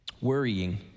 worrying